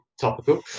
topical